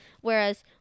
Whereas